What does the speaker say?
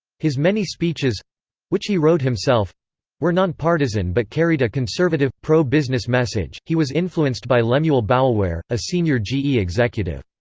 his many speeches which he wrote himself were non-partisan but carried a conservative, pro-business message he was influenced by lemuel boulware, a senior ge executive.